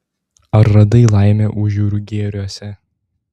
ar radai laimę užjūrių gėriuose